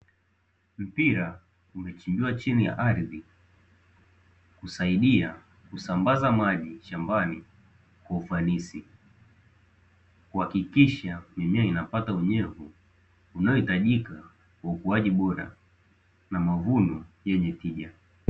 Mpira umechimbiwa chini ya ardhi kusaidia kusambaza maji shambani kwa ufanisi, kuhakikisha mimea inapata unyevu unaohitajika kwa ukuaji bora na mavuno yenye tija.